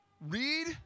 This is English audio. Read